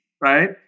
Right